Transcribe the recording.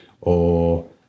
or-